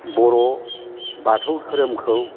बर' बाथौ धोरोमखौ